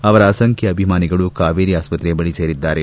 ಅವರ ಅಸಂಖ್ಯ ಅಭಿಮಾನಿಗಳು ಕಾವೇರಿ ಆಸ್ಪತ್ರೆಯ ಬಳಿ ಸೇರಿದ್ದಾರೆ